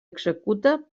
executa